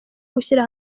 gushyira